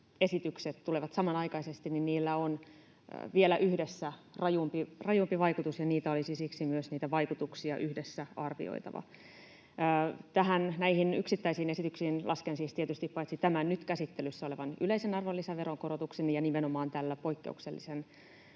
tulevat samanaikaisesti, niin niillä on yhdessä vielä rajumpi vaikutus, ja olisi siksi myös niitä vaikutuksia yhdessä arvioitava. Näihin yksittäisiin esityksiin lasken siis tietysti tämän nyt käsittelyssä olevan yleisen arvonlisäveron korotuksen ja nimenomaan tällä poikkeuksellisen